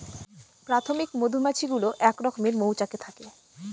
প্রাথমিক মধুমাছি গুলো এক রকমের মৌচাকে থাকে